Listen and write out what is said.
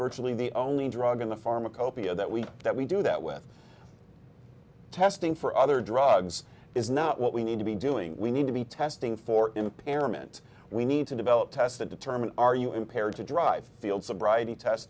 virtually the only drug in the pharmacopoeia that we that we do that with testing for other drugs is not what we need to be doing we need to be testing for impairment we need to develop test that determine are you impaired to drive field sobriety tests